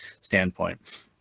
standpoint